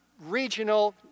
regional